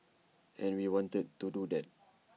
and we wanted to do that